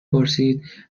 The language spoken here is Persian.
پرسید